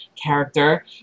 Character